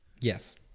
Yes